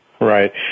Right